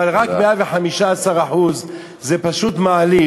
אבל רק 115% תודה.